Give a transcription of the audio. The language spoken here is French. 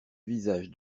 visage